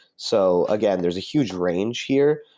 so again, there's a huge range here.